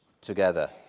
together